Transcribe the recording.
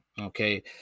okay